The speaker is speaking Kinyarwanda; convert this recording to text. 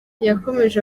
yakomeje